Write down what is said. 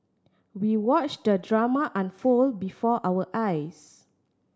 we watched the drama unfold before our eyes